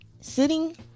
sitting